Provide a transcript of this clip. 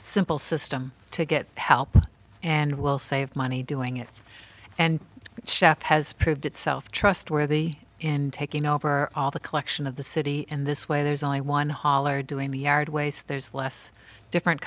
simple system to get help and we'll save money doing it and chef has proved itself trustworthy in taking over all the collection of the city in this way there's only one hauler doing the yard waste there's less different